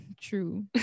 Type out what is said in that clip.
true